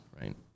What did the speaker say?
right